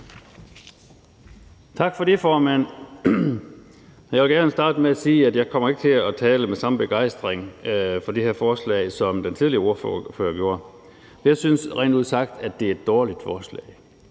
Tak for det, formand. Jeg vil gerne starte med at sige, at jeg ikke kommer til at tale med samme begejstring for det her lovforslag, som den forrige ordfører gjorde. Jeg synes rent ud sagt, at det er et dårligt forslag.